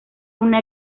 una